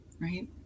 right